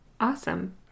Awesome